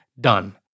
done